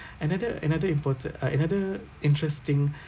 another another important uh another interesting